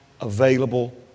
available